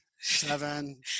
seven